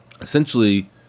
essentially